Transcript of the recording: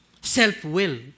Self-will